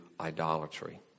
idolatry